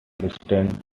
distant